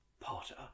Potter